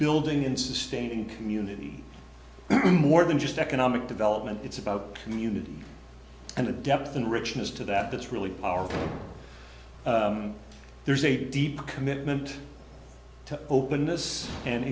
building in sustaining community more than just economic development it's about community and a depth and richness to that that's really powerful there's a deep commitment to openness and